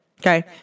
Okay